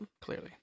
Clearly